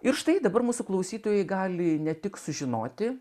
ir štai dabar mūsų klausytojai gali ne tik sužinoti